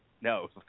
No